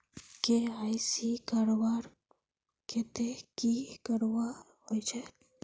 KYC करवार केते की करवा होचए?